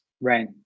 right